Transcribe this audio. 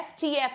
FTF